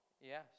yes